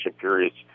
periods